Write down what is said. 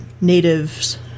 natives